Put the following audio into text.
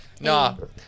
No